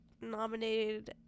nominated